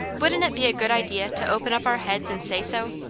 wouldn't it be a good idea to open up our heads and say so,